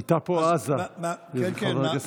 הייתה פה עזה, חבר הכנסת סובה.